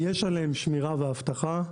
יש עליהם שמירה ואבטחה,